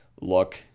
look